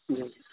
جی